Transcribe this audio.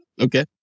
Okay